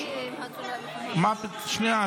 ------ שנייה,